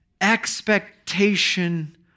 expectation